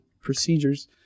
procedures